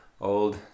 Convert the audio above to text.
old